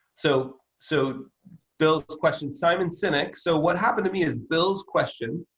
so, so bill's question simon sinek so what happened to me is bill's question,